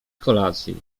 kolacji